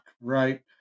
right